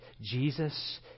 Jesus